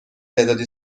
تعدادی